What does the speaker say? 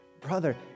Brother